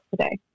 today